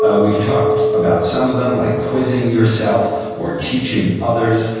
ah we've talked about some of them, like quizzing yourself or teaching others.